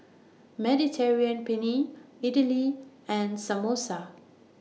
Mediterranean Penne Idili and Samosa